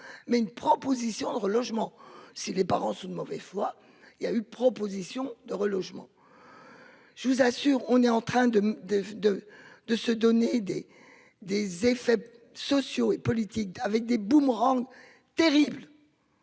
mais une proposition de relogement. Si les parents sont de mauvaise foi, il y a eu proposition de relogement. Je vous assure, on est en train de de de de se donner des des effets sociaux et politiques avec des boomerangs terrible.